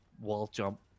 wall-jump